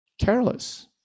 Careless